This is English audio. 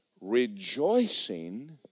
Rejoicing